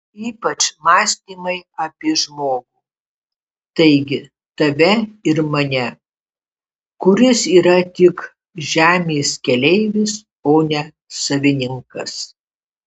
ypač mąstymai apie žmogų taigi tave ir mane kuris yra tik žemės keleivis o ne savininkas